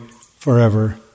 forever